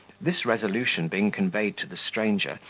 this resolution being conveyed to the stranger,